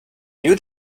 you